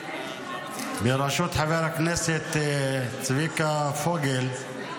בראשות חבר הכנסת צביקה פוגל,